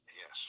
Yes